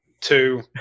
Two